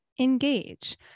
engage